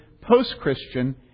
post-Christian